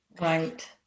Right